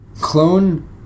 Clone